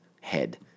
head